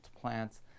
plants